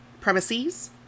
Premises